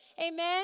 Amen